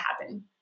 happen